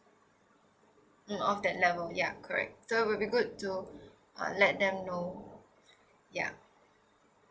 mm of that level ya correct so would be good to uh let them know ya